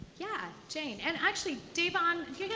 yeah, jane. and actually, davon,